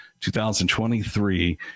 2023